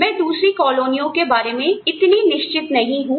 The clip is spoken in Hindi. मैं दूसरी कॉलोनियों के बारे में इतनी निश्चित नहीं हूं